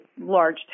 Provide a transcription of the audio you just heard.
large